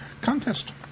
Contest